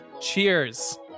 cheers